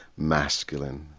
masculine,